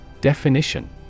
Definition